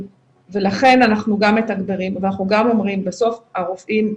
לכן אנחנו גם מתגברים ואנחנו גם אומרים שבסוף הרופאים,